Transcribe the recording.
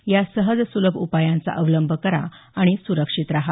या सहज सुलभ उपायांचा अवलंब करा आणि सुरक्षित रहा